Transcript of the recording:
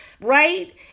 Right